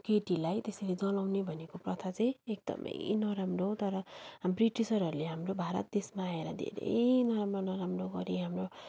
केटीलाई त्यसरी जलाउने भनेको प्रथा चाहिँ एकदमै नराम्रो हो तर ब्रिटिसरहरूले हाम्रो भारत देशमा आएर धेरै नराम्रो नराम्रो गरी हाम्रो